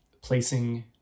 placing